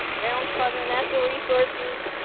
ground department, natural resources,